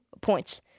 points